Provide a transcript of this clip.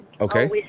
okay